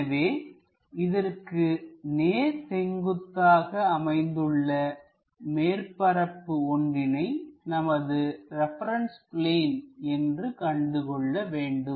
எனவே இதற்கு நேர் செங்குத்தாக அமைந்துள்ள மேற்பரப்பு ஒன்றினை நமது ரெபரன்ஸ் பிளேன் என்று கண்டுகொள்ள வேண்டும்